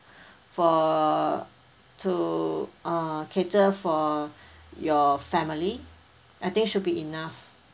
for two uh cater for your family I think should be enough